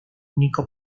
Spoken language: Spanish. único